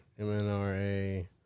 MNRA